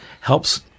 helps